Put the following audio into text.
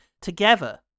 Together